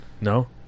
No